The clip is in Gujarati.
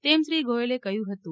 તેમ શ્રી ગોયલે કહ્યું હતું